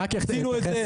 עשינו את זה,